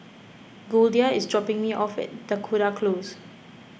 Goldia is dropping me off at Dakota Close